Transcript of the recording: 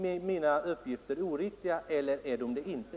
Är mina uppgifter oriktiga eller är de det inte?